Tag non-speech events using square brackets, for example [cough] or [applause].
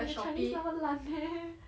你的 chinese 那么烂 meh [laughs]